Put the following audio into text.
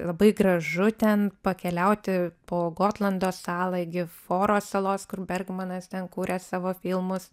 labai gražu ten pakeliauti po gotlando salą iki foro salos kur bergmanas ten kūrė savo filmus